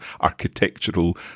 architectural